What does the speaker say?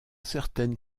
certaines